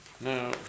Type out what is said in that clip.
Now